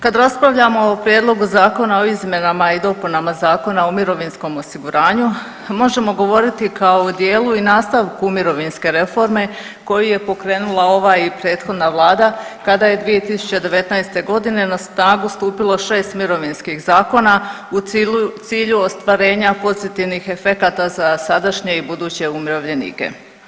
Kad raspravljamo o Prijedlogu zakona o izmjenama i dopunama Zakona o mirovinskom osiguranju možemo govoriti kao o dijelu i nastavku mirovinske reforme koju je pokrenula ova i prethodna Vlada kada je 2019. na snagu stupilo 6 mirovinskih zakona u cilju ostvarena pozitivnih efekata za sadašnje i buduće umirovljenike.